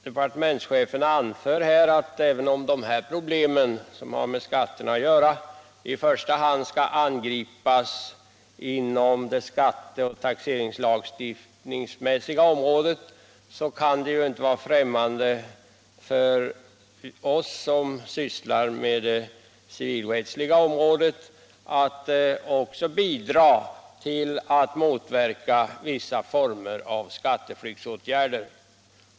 Departementschefen anför att även om de problem som har med skatterna att göra i första hand skall behandlas inom det skatteoch taxeringslagstiftningsmässiga området, så borde det inte vara främmande för oss som sysslar med det civilrättsliga området att också bidra till att motverka vissa former av skatteflyktsåtgärder.